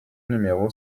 numéro